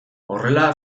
horrela